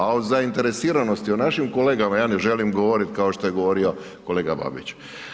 A o zainteresiranosti, o našim kolegama ja ne želim govoriti kao što je govorio kolega Babić.